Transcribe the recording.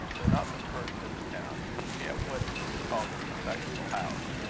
though not the first in the town, was yet what is called a respectable house,